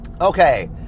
Okay